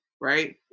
right